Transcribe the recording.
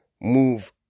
move